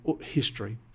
history